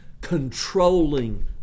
controlling